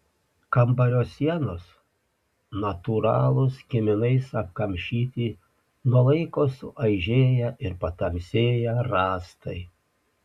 kambario sienos natūralūs kiminais apkamšyti nuo laiko suaižėję ir patamsėję rąstai